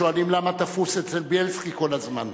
שואלים: למה תפוס אצל בילסקי כל הזמן?